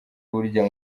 burya